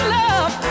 love